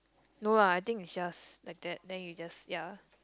no lah I think it's just like that then you just ya